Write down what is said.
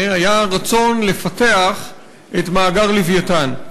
היה הרצון לפתח את מאגר "לווייתן".